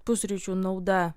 pusryčių nauda